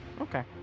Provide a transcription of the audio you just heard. Okay